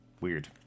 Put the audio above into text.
weird